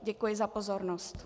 Děkuji za pozornost.